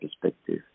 perspective